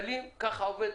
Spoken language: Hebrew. וככה זה עובד.